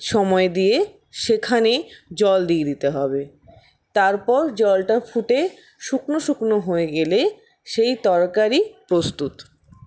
সময় দিয়ে সেখানে জল দিয়ে দিতে হবে তারপর জলটা ফুটে শুকনো শুকনো হয়ে গেলে সেই তরকারি প্রস্তুত